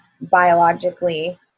biologically